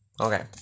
Okay